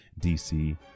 DC